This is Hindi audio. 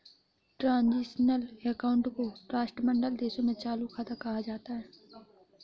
ट्रांजिशनल अकाउंट को राष्ट्रमंडल देशों में चालू खाता कहा जाता है